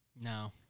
No